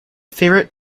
favorite